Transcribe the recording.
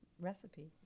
recipe